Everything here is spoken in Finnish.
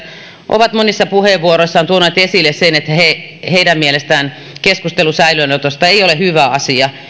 ovat monissa puheenvuoroissaan tuoneet esille sen että heidän mielestään keskustelu säilöönotosta ei ole hyvä asia